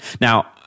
Now